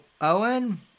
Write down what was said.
Owen